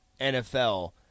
NFL